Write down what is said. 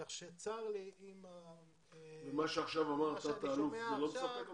מה שאמר התת-אלוף לא מספק אותך?